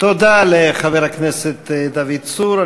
תודה לחבר הכנסת דוד צור.